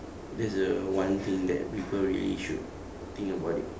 that's the one thing that people really should think about it